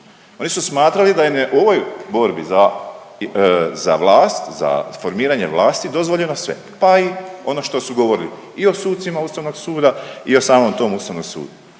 Oni su smatrali da im je u ovoj borbi za vlast, za formiranje vlasti dozvoljeno sve, pa i ono što su govorili i o sucima Ustavnog suda i o samom tom Ustavnom sudu.